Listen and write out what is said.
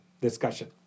discussion